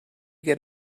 get